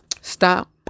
stop